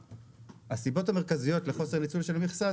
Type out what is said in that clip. הסיבות המרכזיות לחוסר הניצול של המכסה,